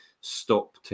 stop